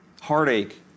Heartache